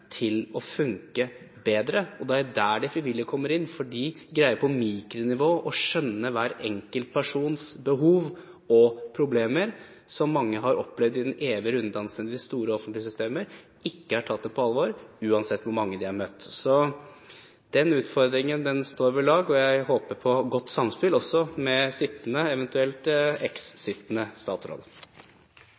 til å funke bedre. Og det er der de frivillige kommer inn, for de greier på mikronivå å skjønne hver enkelt persons behov og problemer, problemer som mange har opplevd i den evige runddansen i de store offentlige systemer som ikke har tatt dem på alvor uansett hvor mange de har møtt. Så den utfordringen står ved lag, og jeg håper på godt samspill også med sittende – eventuelt eks-sittende – statsråd.